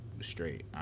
straight